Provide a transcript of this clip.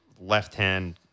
left-hand